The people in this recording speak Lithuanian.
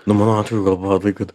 nu mato atveju gal buvo tai kad